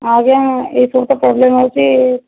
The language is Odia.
ଆଜ୍ଞା ଏ ସବୁ ତ ପ୍ରୋବ୍ଲେମ୍ ହେଉଛି